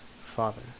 Father